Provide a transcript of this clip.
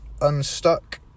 Unstuck